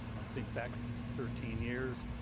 i think back thirteen years,